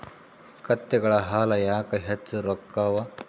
ಕತ್ತೆಗಳ ಹಾಲ ಯಾಕ ಹೆಚ್ಚ ರೊಕ್ಕ ಅವಾ?